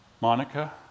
Monica